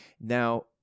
Now